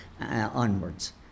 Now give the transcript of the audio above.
onwards